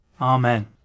Amen